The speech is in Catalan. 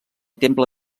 temple